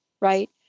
right